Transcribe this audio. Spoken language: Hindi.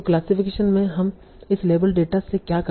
तो क्लासिफिकेशन में हम इस लेबल डेटा से क्या करते हैं